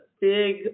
big